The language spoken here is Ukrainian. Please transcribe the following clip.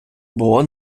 було